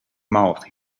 mouth